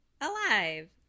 alive